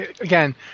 again